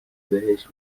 بهشت